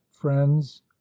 friends